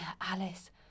Alice